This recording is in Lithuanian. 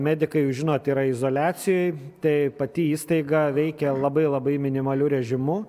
medikai jūs žinot yra izoliacijoj tai pati įstaiga veikia labai labai minimaliu režimu